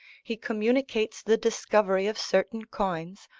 he communicates the discovery of certain coins,